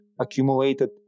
accumulated